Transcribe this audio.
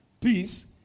peace